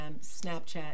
Snapchat